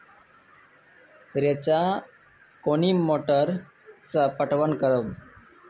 रेचा कोनी मोटर सऽ पटवन करव?